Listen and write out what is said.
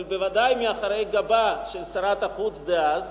אבל בוודאי מאחורי גבה של שרת החוץ דאז,